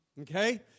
Okay